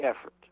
effort